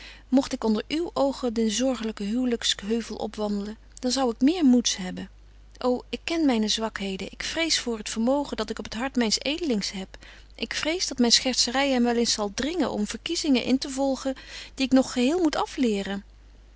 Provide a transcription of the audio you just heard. mogt ik onder uw oog den zorgelyken huwlyks heuvel opwandelen dan zou ik meer moeds hebben ô ik ken myne zwakheden ik vrees voor het vermogen dat ik op het hart myns edelings heb ik vrees dat myn schertzery hem wel eens zal dringen om verkiezingen in te volgen die ik nog geheel moet afleren